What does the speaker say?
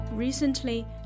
recently